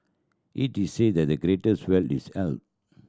it is said that the greatest wealth is health